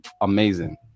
amazing